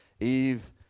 Eve